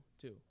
two